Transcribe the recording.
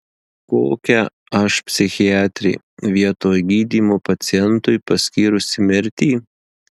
kokia aš psichiatrė vietoj gydymo pacientui paskyrusi mirtį